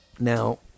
Now